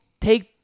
take